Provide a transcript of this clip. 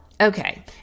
Okay